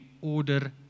order